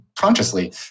Consciously